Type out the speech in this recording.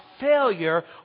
failure